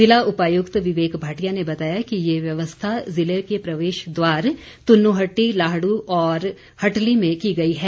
ज़िला उपायुक्त विवेक भाटिया ने बताया कि ये व्यवस्था ज़िले के प्रवेश द्वार तुन्नुहट्टी लाहडू और हटली में की गई है